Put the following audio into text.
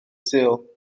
sul